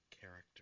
character